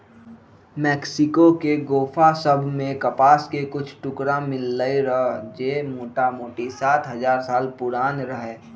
Mexico के गोफा सभ में कपास के कुछ टुकरा मिललइ र जे मोटामोटी सात हजार साल पुरान रहै